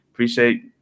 Appreciate